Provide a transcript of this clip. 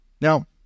Now